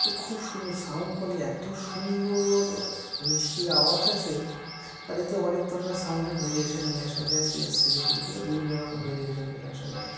খুব সুন্দর sound quality এত সুন্দর মিষ্টি আওয়াজ আসে আর এতে অনেক ধরনের সাউন্ডের ভেরিয়েশান নিয়ে আসা যায় বেস থেকে শুরু করে বিভিন্ন রকম ভেরিয়েশান নিয়ে আসা যায়